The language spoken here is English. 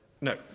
no